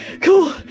cool